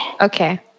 Okay